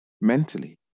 mentally